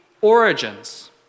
origins